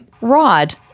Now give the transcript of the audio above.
Rod